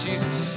Jesus